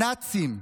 נאצים,